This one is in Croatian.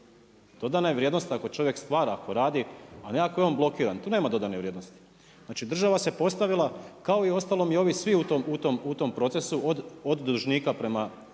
Dodana je vrijednost ako čovjek stvara, ako radi a ne ako je on blokiran. Tu nema dodane vrijednosti. Znači, država se postavila kao i uostalom i ovi svi u tom procesu od dužnika prema